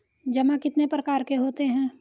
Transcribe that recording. जमा कितने प्रकार के होते हैं?